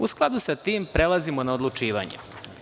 U skladu sa tim prelazimo na odlučivanje.